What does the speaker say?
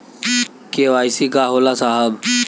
KYC का होला साहब?